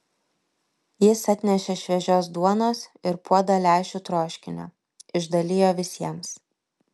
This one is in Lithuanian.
jis atnešė šviežios duonos ir puodą lęšių troškinio išdalijo visiems